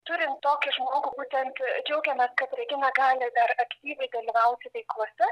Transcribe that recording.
turint tokį žmogų būtent džiaugiamės kad regina gali dar aktyviai dalyvauti veiklose